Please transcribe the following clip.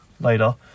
later